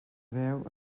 veu